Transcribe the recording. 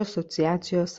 asociacijos